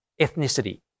ethnicity